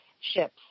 ships